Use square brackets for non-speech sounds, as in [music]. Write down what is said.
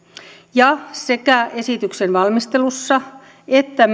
ja sekä esityksen valmistelussa että [unintelligible]